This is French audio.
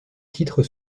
titres